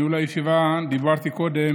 בישיבה, דיברתי קודם